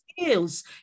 skills